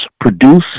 produce